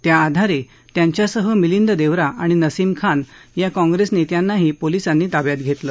त्याआधारे त्यांच्यासह मिलिंद देवरा आणि नसीम खान या काँग्रेस नेत्यांनाही पोलीसांनी ताब्यात घेतलं